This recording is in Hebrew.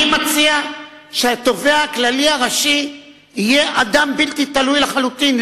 אני מציע שהתובע הכללי הראשי יהיה אדם בלתי תלוי לחלוטין,